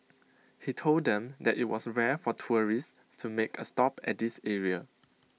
he told them that IT was rare for tourists to make A stop at this area